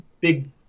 big